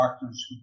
doctors